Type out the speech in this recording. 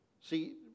See